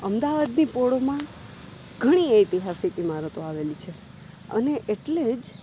અમદાવાદની પોળમાં ઘણી ઐતહાસિક ઇમારતો આવેલી છે અને એટલે જ